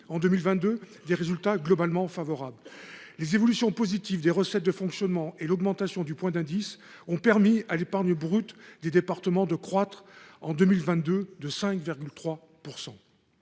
en 2022 des résultats globalement favorables. Les évolutions positives des recettes de fonctionnement et l’augmentation du point d’indice ont permis à l’épargne brute des départements de croître de 5,3